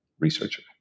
researcher